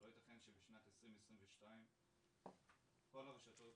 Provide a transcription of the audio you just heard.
לא ייתכן שבשנת 2022 כל הרשתות,